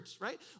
right